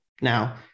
Now